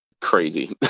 crazy